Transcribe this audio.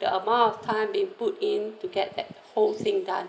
the amount of time being put in to get that whole thing done